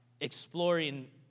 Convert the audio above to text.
exploring